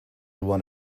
one